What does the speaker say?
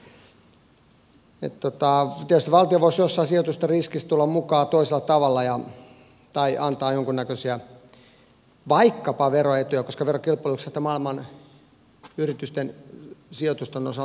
tietysti valtio voisi jossain sijoitetusta riskistä tulla mukaan toisella tavalla tai antaa vaikkapa jonkunnäköisiä veroetuja koska verokilpailuksihan tämä maailma yritysten sijoitusten osalta on mennyt